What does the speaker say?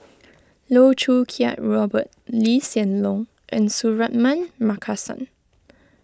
Loh Choo Kiat Robert Lee Hsien Loong and Suratman Markasan